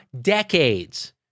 decades